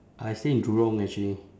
I stay in jurong actually